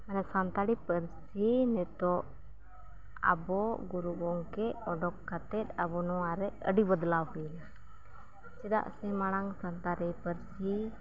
ᱢᱟᱱᱮ ᱥᱟᱱᱛᱟᱲᱤ ᱯᱟᱹᱨᱥᱤ ᱱᱤᱛᱚᱜ ᱟᱵᱚ ᱜᱩᱨᱩ ᱜᱚᱝᱠᱮ ᱚᱰᱚᱠᱚ ᱠᱟᱛᱮᱫ ᱟᱵᱚ ᱱᱚᱣᱟᱨᱮ ᱟᱹᱰᱤ ᱵᱚᱫᱽᱞᱟᱣ ᱦᱩᱭᱮᱱᱟ ᱪᱮᱫᱟᱜ ᱥᱮ ᱢᱟᱲᱟᱝ ᱥᱟᱱᱛᱟᱲᱤ ᱯᱟᱹᱨᱥᱤ